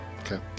Okay